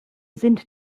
sind